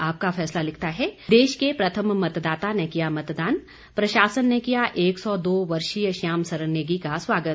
आपका फैसला लिखता है देश के प्रथम मतदाता ने किया मतदान प्रशासन ने किया एक सौ दो वर्षीय श्याम सरण नेगी का स्वागत